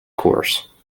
course